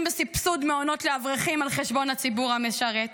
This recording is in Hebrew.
בסבסוד מעונות לאברכים על חשבון הציבור המשרת.